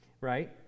right